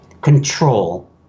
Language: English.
control